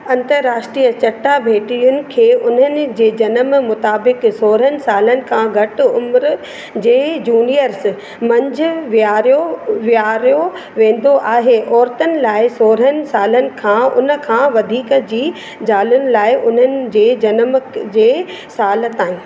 अंतर्राष्ट्रीय चटा भेटियुनि खे उन्हनि जे जनम मुताबिक़ सोरहनि सालनि खां घट उम्र जे जूनियर्स मंझ वेहारियो वेहारियो वेंदो आहे औरतुनि लाइ सोरहनि सालनि या उन खां वधीक जी ज़ालुनि लाइ उन्हनि जे जनम जे साल ताईं